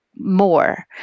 more